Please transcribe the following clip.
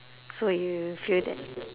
so you feel that